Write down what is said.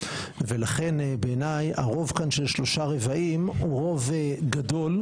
ולכן בעיניי הרוב כאן של שלושה רבעים הוא רוב גדול,